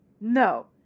no